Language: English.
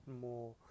more